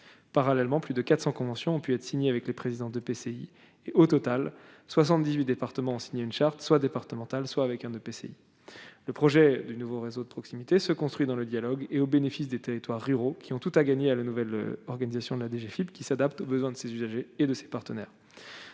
parallèlement, plus de 400 conventions ont pu être signé avec les présidents d'EPCI au total 78 départements ont signé une charte soit départemental soit avec un EPCI le projet du nouveau réseau de proximité se construit dans le dialogue et au bénéfice des territoires ruraux qui ont tout à gagner à la nouvelle organisation de la DGFIP, qui s'adapte aux besoins de ces usagers et de ses partenaires